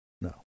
no